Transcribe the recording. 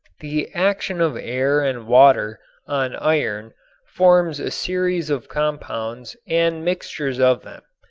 the action of air and water on iron forms a series of compounds and mixtures of them.